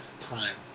time